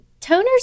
Toners